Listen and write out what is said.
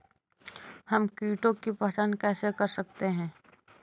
हम कीटों की पहचान कैसे कर सकते हैं?